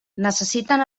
necessiten